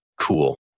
cool